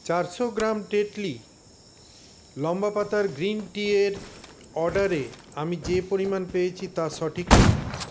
চারশো গ্রাম টেটলি লম্বা পাতার গ্রিন টিয়ের অর্ডারে আমি যে পরিমাণ পেয়েছি তা সঠিক নয়